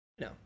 No